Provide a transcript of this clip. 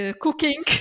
cooking